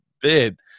bit